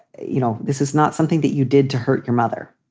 you know, this is not something that you did to hurt your mother.